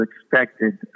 expected